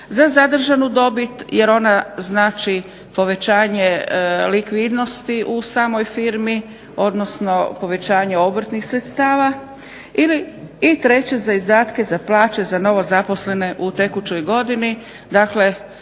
za zadržanu dobit jer ona znači povećanje likvidnosti u samoj firmi, odnosno povećanje obrtnih sredstava. I treće, za izdatke za plaće za novozaposlene u tekućoj godini,